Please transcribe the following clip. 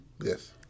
Yes